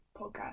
podcast